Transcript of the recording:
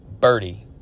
birdie